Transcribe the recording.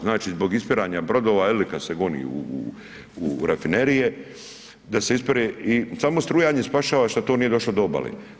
Znači zbog ispiranja brodova jeli kad se goni u rafinerije da se ispere i samo strujanje spašava što to nije došlo do obale.